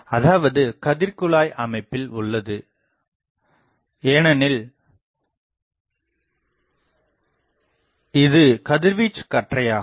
அதாவது கதிர்குழாய் அமைப்பில் உள்ளது ஏனெனில் இது கதிர்வீச்சுக் கற்றையாகும்